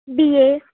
B A